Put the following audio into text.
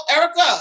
Erica